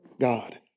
God